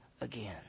again